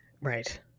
Right